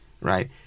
right